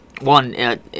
One